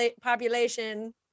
population